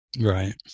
Right